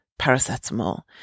paracetamol